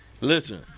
listen